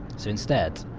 so instead,